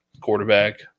quarterback